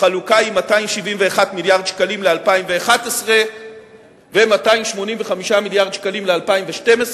החלוקה היא 271 מיליארד שקלים ל-2011 ו-285 מיליארד שקלים ל-2012.